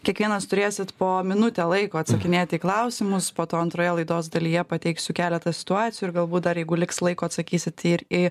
kiekvienas turėsit po minutę laiko atsakinėt į klausimus po to antroje laidos dalyje pateiksiu keletą situacijų ir galbūt dar jeigu liks laiko atsakysit ir į